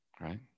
Right